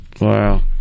Wow